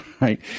right